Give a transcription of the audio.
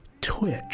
Twitch